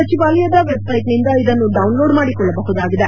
ಸಚವಾಲಯದ ವೆಬ್ಸ್ನೆಟ್ನಿಂದ ಇದನ್ನು ಡೌನ್ಲೋಡ್ ಮಾಡಿಕೊಳ್ಳಬಹುದಾಗಿದೆ